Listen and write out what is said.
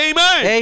Amen